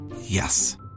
Yes